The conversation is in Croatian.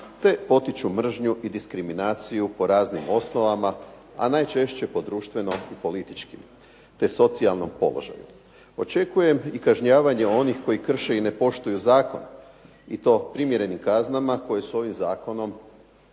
te potiču mržnju i diskriminaciju po raznim osnovama, a najčešće po društveno političkim te socijalnom položaju. Očekujem i kažnjavanje onih koji krše i ne poštuju zakon i to primjerenim kaznama koje su ovim zakonom,